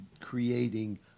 creating